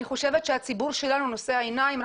אני חושבת שהציבור שלנו נושא עיניים.